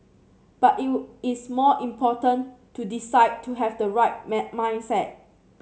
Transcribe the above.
but it was it's more important to decide to have the right my mindset